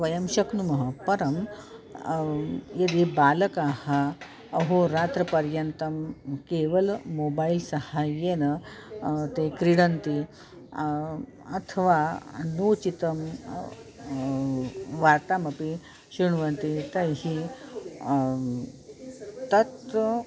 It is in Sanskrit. वयं शक्नुमः परं यदि बालकाः अहोरात्रपर्यन्तं केवल मोबैल् साहाय्येन ते क्रीडन्ति अथवा अनुचितं वार्तामपि श्रुण्वन्ति तर्हि तत्तु